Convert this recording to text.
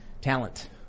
talent